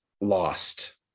lost